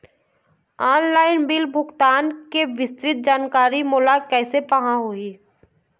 Online bill भुगतान के विस्तृत जानकारी मोला कैसे पाहां होही?